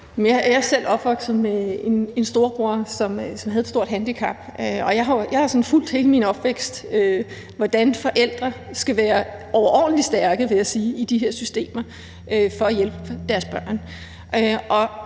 Jeg er selv opvokset med en storebror, som havde et stort handicap, og jeg har gennem hele min opvækst fulgt med i, hvordan forældre skal være overordentlig stærke, vil jeg sige, i de her systemer for at hjælpe deres børn.